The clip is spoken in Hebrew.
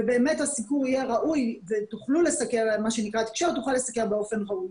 ובאמת הסיקור יהיה ראוי והתקשורת תוכל לסקר באופן ראוי.